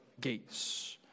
gates